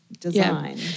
design